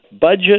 budget